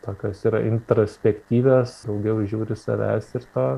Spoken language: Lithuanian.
tokios yra introspektyvios daugiau žiūri savęs ir to